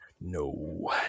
No